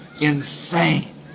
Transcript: insane